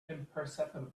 imperceptibly